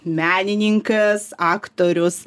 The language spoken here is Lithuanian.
menininkas aktorius